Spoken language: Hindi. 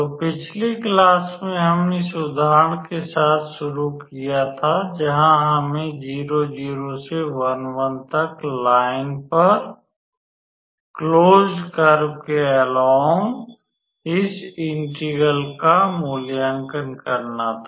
तो पिछली क्लास में हमने इस उदाहरण के साथ शुरू किया था जहाँ हमें 00 से 11 तक लाइन पर क्लोज्ड कर्व के अलोंग इस इंटेग्रल का मूल्यांकन करना था